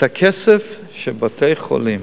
הכסף שבתי-החולים